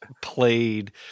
played